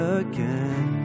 again